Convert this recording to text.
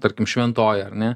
tarkim šventojoj ar ne